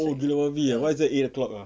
oh gila babi ah why is that eight o'clock ah